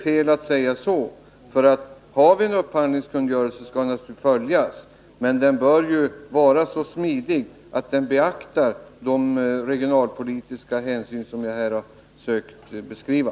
Har vi en upphandlingskungörelse skall den naturligtvis följas. Men den bör vara så smidig att den beaktar de regionalpolitiska skäl som jag har försökt beskriva.